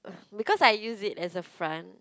because I use it as a front